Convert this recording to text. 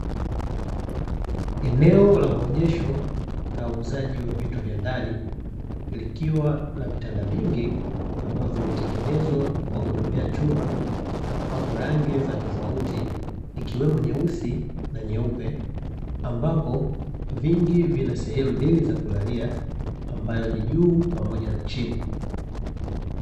Eneo la maonyesho na uuzaji wa vitu vya ndani, likiwa na vitanda vingi ambavyo vimetengenezwa kwa kutumia chuma, na kupakwa rangi za tofauti, ikiwemo nyeusi na nyeupe, ambapo vingi vina sehemu mbili za kulalia, ambayo ni juu pamoja na chini.